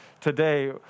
today